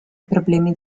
problemi